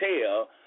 tell